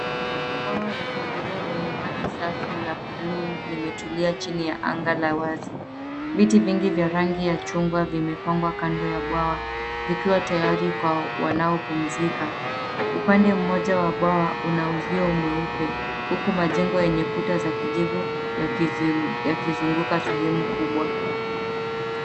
Bwawa la kuogelea lenye maji safi ya blue limetulia chini ya anga la wazi. Viti vingi vya rangi ya chungwa vimepangwa kando ya bwawa vikiwa tayari kwa wanaopumzika. Upande mmoja wa bwawa una uzio mweupe huku majengo yenye kuta ya kijivu yakizunguka sehemu kubwa.